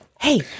hey